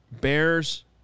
Bears